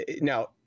now